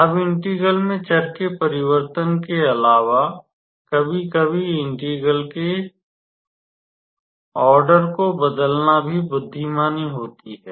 अब इंटीग्रल में चर के परिवर्तन के अलावा कभी कभी इंटीग्रल के क्रम को बदलना भी बुद्धिमानी होती है